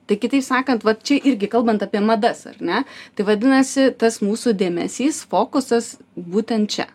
tai kitaip sakant va čia irgi kalbant apie madas ar ne tai vadinasi tas mūsų dėmesys fokusas būtent čia